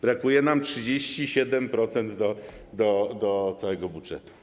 Brakuje nam 37% do całego budżetu.